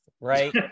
right